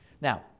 Now